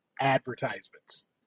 advertisements